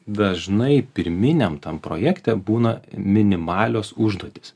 dažnai pirminiam tam projekte būna minimalios užduotys